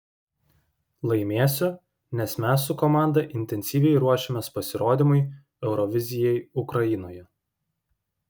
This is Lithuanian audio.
laimėsiu nes mes su komanda intensyviai ruošiamės pasirodymui eurovizijai ukrainoje